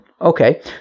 Okay